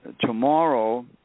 tomorrow